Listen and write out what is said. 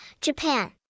Japan